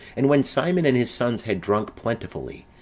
and when simon and his sons had drunk plentifully,